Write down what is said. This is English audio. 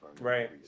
right